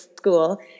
school